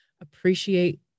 appreciate